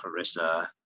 Carissa